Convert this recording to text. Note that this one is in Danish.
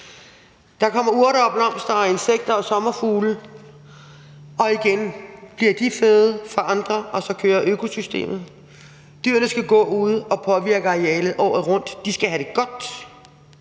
Der kommer urter og blomster og insekter og sommerfugle, og igen bliver de føde for andre, og så kører økosystemet. Dyrene skal gå ude og påvirke arealet året rundt. De skal have det godt,